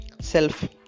self